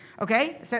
okay